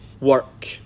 work